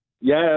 yes